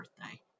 birthday